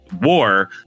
war